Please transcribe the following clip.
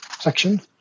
section